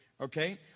Okay